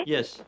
Yes